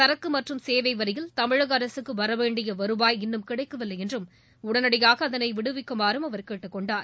சரக்கு மற்றும் சேவை வரியில் தமிழக அரசுக்கு வரவேண்டிய வருவாய் இன்னும் கிடைக்கவில்லை என்றும் உடனடியாக அதனை விடுவிக்குமாறும் அவர் கேட்டுக் கொண்டார்